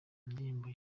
indirimbo